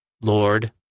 Lord